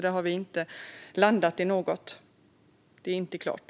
Där har vi inte landat i något. Det är inte klart.